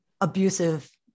abusive